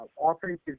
offensive